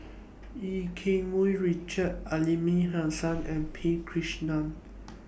EU Keng Mun Richard Aliman Hassan and P Krishnan